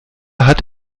hat